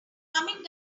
coming